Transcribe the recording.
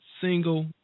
single